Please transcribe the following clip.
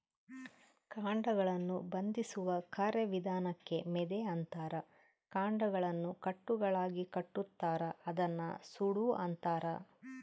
ಕಾಂಡಗಳನ್ನು ಬಂಧಿಸುವ ಕಾರ್ಯವಿಧಾನಕ್ಕೆ ಮೆದೆ ಅಂತಾರ ಕಾಂಡಗಳನ್ನು ಕಟ್ಟುಗಳಾಗಿಕಟ್ಟುತಾರ ಅದನ್ನ ಸೂಡು ಅಂತಾರ